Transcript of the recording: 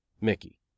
Mickey